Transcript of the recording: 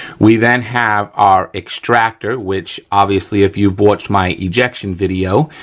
we then have our extractor which, obviously if you've watched my ejection video,